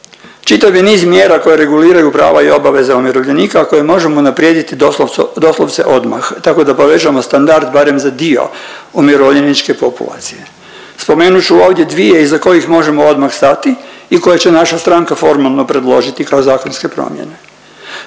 Čitav je niz mjera koje reguliraju prava i obaveza umirovljenika, a koje možemo unaprijediti doslovce, doslovce odmah tako da povećamo standard barem za dio umirovljeničke populacije. Spomenut ću ovdje dvije iza kojih možemo odmah stati i koje će naša stranka formalno predložiti kao zakonske promjene.